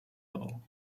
all